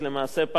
פעם ראשונה,